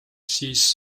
siis